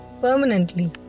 permanently